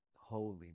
holy